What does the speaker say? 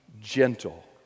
gentle